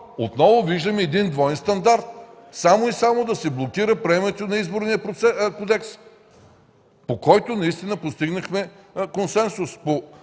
Отново виждаме един двоен стандарт, само и само да се блокира приемането на Изборния кодекс, по който наистина постигнахме консенсус,